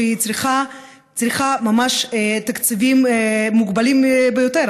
שצריכה ממש תקציבים מוגבלים ביותר?